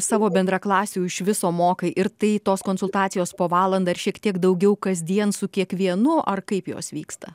savo bendraklasių iš viso mokai ir tai tos konsultacijos po valandą ar šiek tiek daugiau kasdien su kiekvienu ar kaip jos vyksta